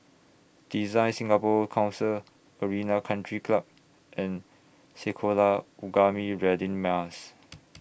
Design Singapore Council Arena Country Club and Sekolah Ugama Radin Mas